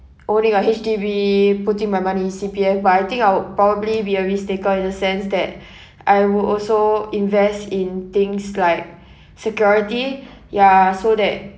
owning a H_D_B putting my money in C_P_F but I think I would probably be a risk taker in the sense that I will also invest in things like security ya so that